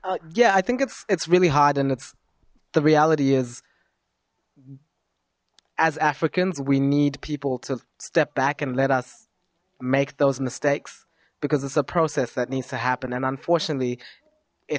here yeah i think it's it's really hard and it's the reality is as africans we need people to step back and let us make those mistakes but it's a process that needs to happen and unfortunately it